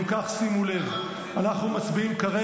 אם כך, שימו לב, אנחנו מצביעים